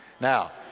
Now